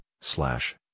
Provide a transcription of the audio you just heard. slash